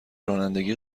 رانندگی